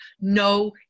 No